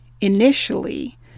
initially